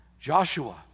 Joshua